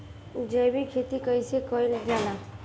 जैविक खेती कईसे कईल जाला?